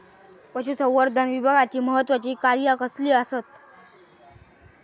पशुसंवर्धन विभागाची महत्त्वाची कार्या कसली आसत?